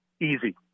Easy